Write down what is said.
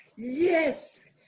Yes